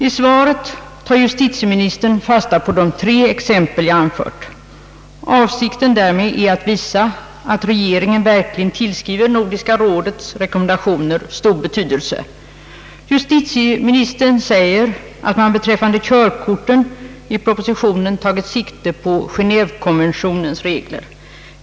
I svaret tar justitieministern fasta på de tre exempel jag anfört. Avsikten därmed är att visa att regeringen verkligen tillskriver Nordiska rådets rekommendationer stor betydelse. Justitieministern säger att man beträffande körkorten i propositionen tagit sikte på Geneévekonventionens regler.